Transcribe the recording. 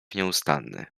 nieustanny